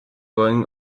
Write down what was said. going